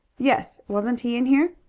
yes. wasn't he in here?